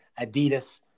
Adidas